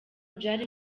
byari